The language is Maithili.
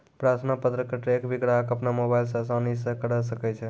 प्रार्थना पत्र क ट्रैक भी ग्राहक अपनो मोबाइल स आसानी स करअ सकै छै